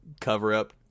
cover-up